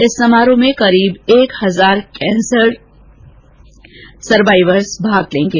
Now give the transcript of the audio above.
इस समारोह में करीब एक हजार कैंसर सरवाईवर्स भाग लेंगे